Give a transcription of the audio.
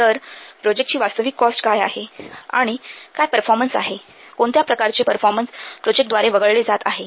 तर प्रोजेक्टची वास्तविक कॉस्ट कॉस्ट काय आहे आणि काय परफॉर्मन्स आहे कोणत्या प्रकारचे परफॉर्मन्स प्रोजेक्ट द्वारे वगळले जात आहे